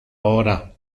ora